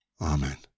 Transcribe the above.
Amen